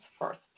first